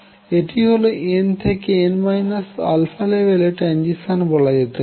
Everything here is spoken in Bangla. এটি হল n থেকে n α লেভেল এর ট্রাঞ্জিশন বলাযেতে পারে